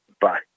Bye